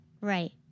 Right